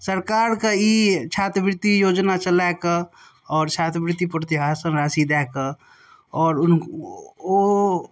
सरकारके ई छात्रवृत्ति योजना चलाकऽ आओर छात्रवृत्ति प्रोत्साहन राशि दए कऽ आओर ओ